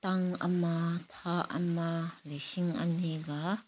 ꯇꯥꯡ ꯑꯃ ꯊꯥ ꯑꯃ ꯂꯤꯁꯤꯡ ꯑꯅꯤꯒ